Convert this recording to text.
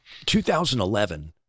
2011